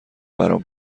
برام